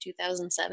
2007